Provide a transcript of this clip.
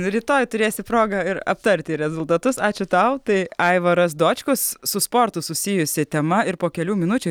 rytoj turėsi progą ir aptarti rezultatus ačiū tau tai aivaras dočkus su sportu susijusi tema ir po kelių minučių